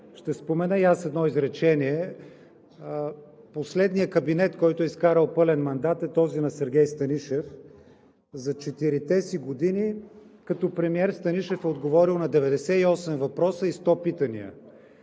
Ще спомена и аз едно изречение. Последният кабинет, който е изкарал пълен мандат, е този на Сергей Станишев. За четирите си години като премиер Станишев е отговорил на 98 въпроса и 100 питания.